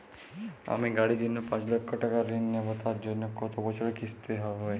আমি গাড়ির জন্য পাঁচ লক্ষ টাকা ঋণ নেবো তার জন্য কতো বছরের কিস্তি হবে?